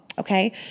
Okay